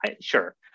sure